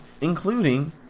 including